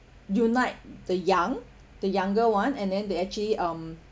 unite the young the younger one and then they actually um